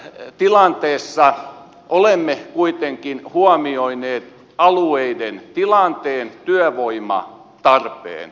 tässä tilanteessa olemme kuitenkin huomioineet alueiden tilanteen työvoimatarpeen